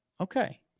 Okay